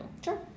Sure